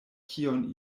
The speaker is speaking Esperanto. kion